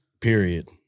period